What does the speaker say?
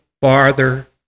farther